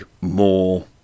more